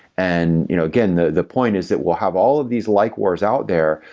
and you know again, the the point is that we'll have all of these likewars out there,